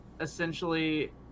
Essentially